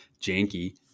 janky